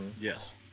Yes